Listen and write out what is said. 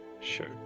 Sure